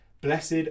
Blessed